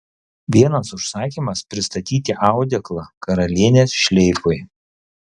vienas užsakymas pristatyti audeklą karalienės šleifui